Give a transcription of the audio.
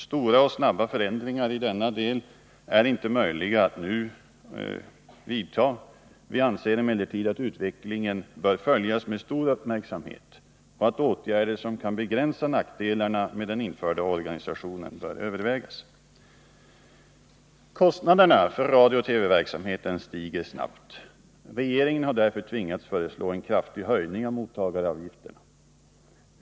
Stora och snabba förändringar i denna del är inte möjliga att vidta nu. Vi anser emellertid att utvecklingen bör följas med stor uppmärksamhet och att åtgärder som kan begränsa nackdelarna med den införda organisationen bör övervägas. Kostnaderna för radiooch TV-verksamheten stiger snabbt. Regeringen har därför tvingats föreslå en kraftig höjning av mottagaravgifterna.